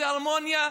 זה הרמוניה.